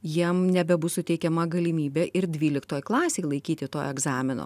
jiem nebebus suteikiama galimybė ir dvyliktoj klasėj laikyti to egzamino